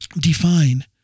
define